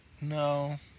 No